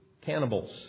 cannibals